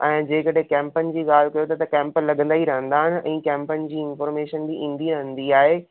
ऐं जे कॾहिं कैंपनि जी ॻाल्हि कयो था त कैंप लॻंदा ई रहंदा आहिनि इहा कैंपनि जी इंफॉर्मेशन बि ईंदी रहंदी आहे